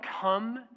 come